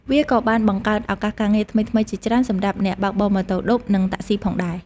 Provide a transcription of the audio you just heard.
វាក៏បានបង្កើតឱកាសការងារថ្មីៗជាច្រើនសម្រាប់អ្នកបើកបរម៉ូតូឌុបនិងតាក់ស៊ីផងដែរ។